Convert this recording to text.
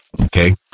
okay